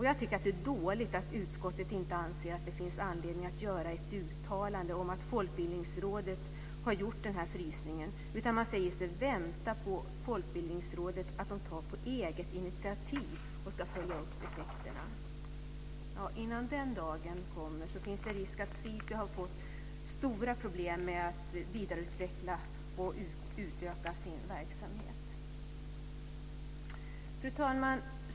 Jag tycker att det är dåligt att utskottet inte anser att det finns anledning att göra ett uttalande med anledning av att Folkbildningsrådet har gjort den här frysningen utan i stället säger sig vänta på att Folkbildningsrådet på eget initiativ ska följa upp effekterna. Innan den dagen kommer finns det risk att SISU har fått stora problem med att vidareutveckla och utöka sin verksamhet. Fru talman!